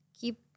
keep